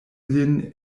lin